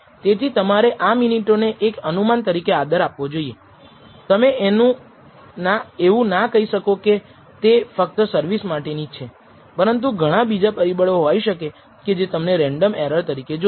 તેથી તમારે આ મિનિટો ને એક અનુમાન તરીકે આદર આપવો જોઈએ તમે એવું ના કહી શકો કે તે ફક્ત સર્વિસ માટેની છે પરંતુ ઘણા બીજા પરિબળો પણ હોઈ શકે કે જેને તમે રેન્ડમ એરર તરીકે જોશો